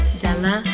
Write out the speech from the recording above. della